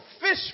fish